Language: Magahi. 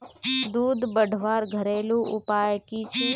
दूध बढ़वार घरेलू उपाय की छे?